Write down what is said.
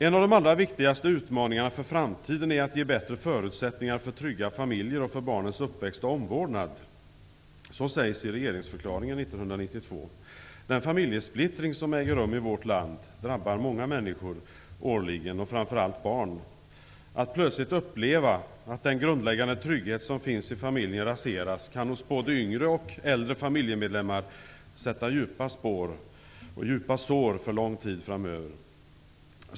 ''En av de allra viktigaste utmaningarna för framtiden är att ge bättre förutsättningar för trygga familjer och för barnens uppväxt och omvårdnad'', sägs i regeringsförklaringen 1992. Den familjesplittring som äger rum i vårt land drabbar många människor årligen och framför allt barn. Att plötsligt uppleva att den grundläggande trygghet som finns i familjen raseras kan hos både yngre och äldre familjemedlemmar sätta djupa spår för lång tid framöver.